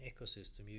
ecosystem